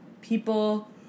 people